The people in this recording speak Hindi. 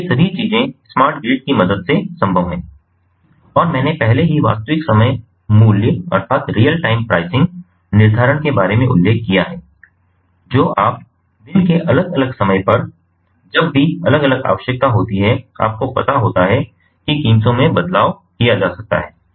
तो ये सभी चीजें स्मार्ट ग्रिड की मदद से संभव हैं और मैंने पहले ही वास्तविक समय मूल्य निर्धारण के बारे में उल्लेख किया है जो आप दिन के अलग अलग समय पर जब भी अलग अलग आवश्यकता होती है आपको पता होता है कि कीमतों में बदलाव किया जा सकता है